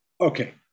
Okay